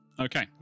Okay